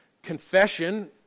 Confession